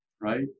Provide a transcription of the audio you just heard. right